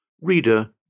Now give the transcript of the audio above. Reader